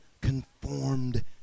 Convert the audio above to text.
conformed